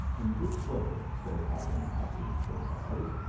in this way, says aben habuz the wise,